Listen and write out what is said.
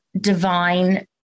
divine